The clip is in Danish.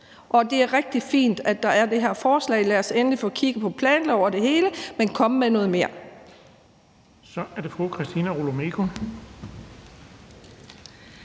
Det er rigtig fint, at der er det her forslag; lad os endelig få kigget på planloven og det hele, men kom med noget mere.